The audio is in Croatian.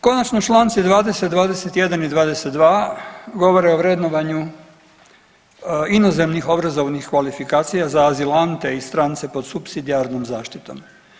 Konačno Članci 20., 21. i 22. govore o vrednovanju inozemnih obrazovnih kvalifikacija za azilante i strance pod supsidijarnom zaštitom.